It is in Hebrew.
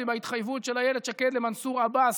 ובהתחייבות של אילת שקד למנסור עבאס,